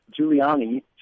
Giuliani